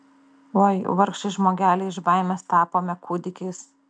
oi vargšai žmogeliai iš baimės tapome kūdikiais